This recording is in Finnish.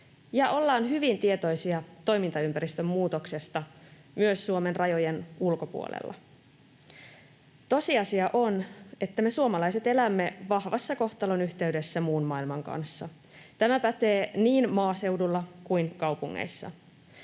ollaan hyvin tietoisia toimintaympäristön muutoksesta myös Suomen rajojen ulkopuolella. Tosiasia on, että me suomalaiset elämme vahvassa kohtalonyhteydessä muun maailman kanssa. Tämä pätee niin maaseudulla kuin kaupungeissa.